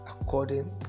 according